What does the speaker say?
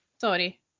sorry